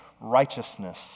righteousness